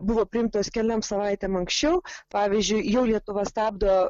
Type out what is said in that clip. buvo priimtos keliom savaitėm anksčiau pavyzdžiui jau lietuva stabdo